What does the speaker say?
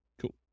Cool